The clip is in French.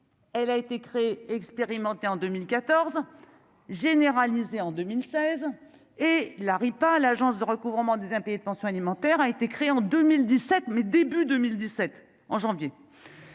elle a été créée, expérimentée en 2014 généralisé en 2016 et l'Aripa, l'agence de recouvrement des impayés de pensions alimentaires a été créé en 2000 17 mai début 2017 en janvier.